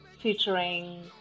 featuring